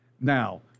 Now